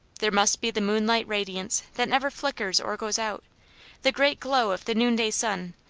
there must be the moonlight radiance that never flickers or goes out the great glow of the noon-day sun,